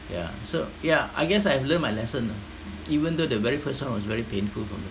yeah so ya I guess I've learned my lesson lah even though the very first one was very painful for me